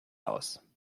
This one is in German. aus